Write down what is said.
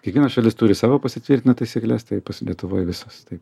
kiekviena šalis turi savo pasitvirtinę taisykles tai lietuvoj visos taip